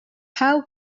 how